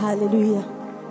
Hallelujah